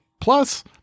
Plus